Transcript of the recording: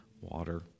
water